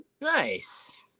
Nice